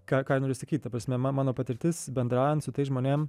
ką ką ir noriu sakyt ta prasme ma mano patirtis bendraujant su tais žmonėm